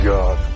God